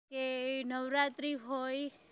કે નવરાત્રિ હોય